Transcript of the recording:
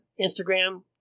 Instagram